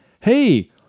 Hey